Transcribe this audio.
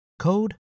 code